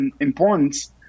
importance